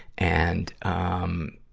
and, um,